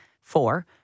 four